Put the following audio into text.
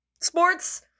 sports